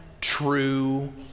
true